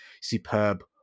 superb